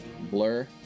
Blur